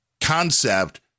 concept